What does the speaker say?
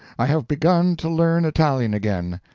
i have begun to learn italian again.